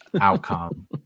outcome